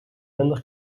minder